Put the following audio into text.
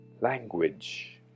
language